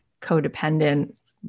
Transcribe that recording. codependent